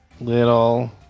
little